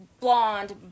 blonde